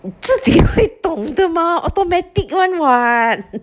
自己会懂得 mah automatic one what